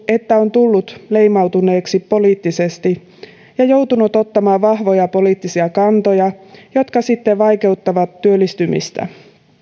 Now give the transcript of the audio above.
että on tullut leimautuneeksi poliittisesti ja joutunut ottamaan vahvoja poliittisia kantoja jotka sitten vaikeuttavat työllistymistä